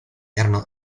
erano